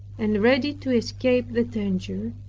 and ready to escape the danger,